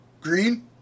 green